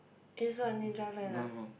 is what Ninja Van ah